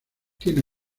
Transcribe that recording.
tiene